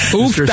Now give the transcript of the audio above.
Oof